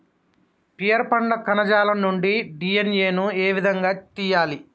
Pear పండ్ల కణజాలం నుండి డి.ఎన్.ఎ ను ఏ విధంగా తియ్యాలి?